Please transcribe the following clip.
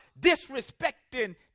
disrespecting